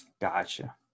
Gotcha